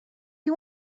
you